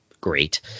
great